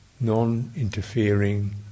non-interfering